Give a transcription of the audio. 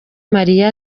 malia